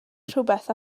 rhywbeth